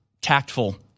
tactful